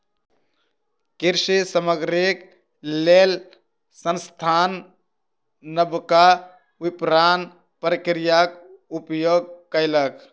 कृषि सामग्रीक लेल संस्थान नबका विपरण प्रक्रियाक उपयोग कयलक